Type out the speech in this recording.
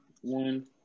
one